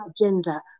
agenda